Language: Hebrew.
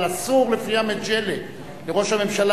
אבל אסור לפי ה"מג'לה" לראש הממשלה